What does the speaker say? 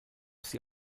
sie